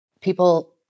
People